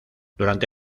durante